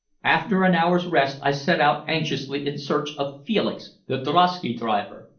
after an hour's rest i set out anxiously in search of felix, the drosky-driver.